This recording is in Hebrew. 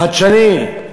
חדשני.